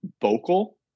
vocal